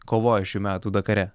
kovojo šių metų dakare